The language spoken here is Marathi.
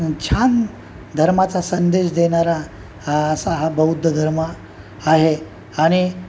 छान धर्माचा संदेश देणारा असा हा बौद्ध धर्म आहे आणि